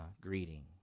greeting